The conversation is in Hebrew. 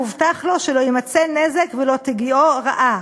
מובטח לו שלא ימצא נזק ולא תגיעהו רעה,